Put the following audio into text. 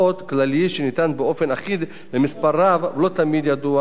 שניתן באופן אחיד למספר רב ולא תמיד ידוע של אנשים.